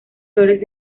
flores